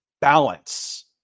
balance